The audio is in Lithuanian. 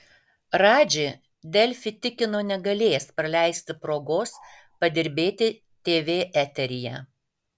radži delfi tikino negalėjęs praleisti progos padirbėti tv eteryje